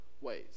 ways